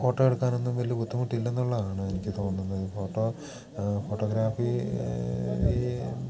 photo എടുക്കാനൊന്നും വലിയ ബുദ്ധിമുട്ടില്ല എന്നുള്ളതാണ് എനിക്ക് തോന്നുന്നത് ഈ ഫോട്ടോ ഫോട്ടോഗ്രാഫി ഈ